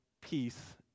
peace